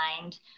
Mind